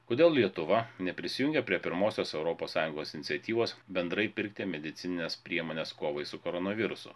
kodėl lietuva neprisijungė prie pirmosios europos sąjungos iniciatyvos bendrai pirkti medicinines priemones kovai su koronavirusu